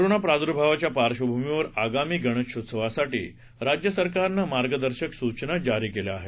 corona प्रादूर्भावाच्या पार्श्वभूमीवर आगामी गणेशोत्सवासाठी राज्य सरकारनं मार्गदर्शन सूचना जारी केल्या आहेत